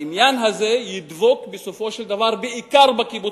העניין הזה ידבק בסופו של דבר בעיקר בקיבוצים,